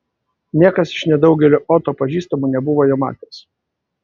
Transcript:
niekas iš nedaugelio oto pažįstamų nebuvo jo matęs